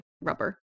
rubber